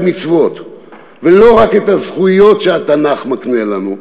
מצוות ולא רק את הזכויות שהתנ"ך מקנה לנו,